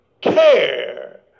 care